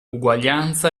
uguaglianza